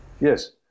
Yes